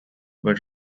but